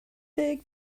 deg